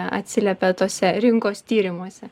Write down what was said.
atsiliepia tuose rinkos tyrimuose